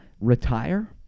retire